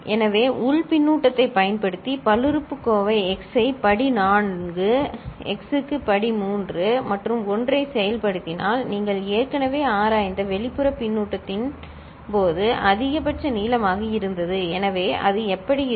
எனவே உள் பின்னூட்டத்தை பயன்படுத்தி பல்லுறுப்புக்கோவை x ஐ படி 4 x க்கு படி 3 மற்றும் 1 ஐ செயல்படுத்தினால் நீங்கள் ஏற்கனவே ஆராய்ந்த வெளிப்புற பின்னூட்டத்தின் போது அதிகபட்ச நீளமாக இருந்தது எனவே அது எப்படி இருக்கும்